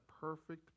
perfect